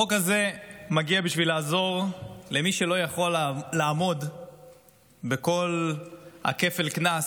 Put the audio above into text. החוק הזה מגיע בשביל לעזור למי שלא יכול לעמוד בכל כפל הקנס,